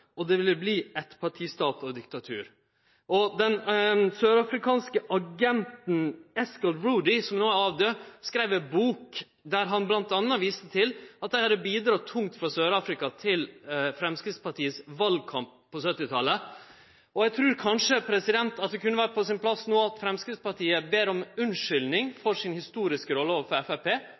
at det ville bli «ettpartistat og diktatur». Den sørafrikanske agenten Escel Rhoodie, som no er daud, skreiv ei bok der han bl.a. viste til at dei i Sør-Afrika hadde bidratt tungt til Framstegspartiet sin valkamp på 1970-talet. Eg trur kanskje det no kunne vere på sin plass at Framstegspartiet ber om unnskyldning for si historiske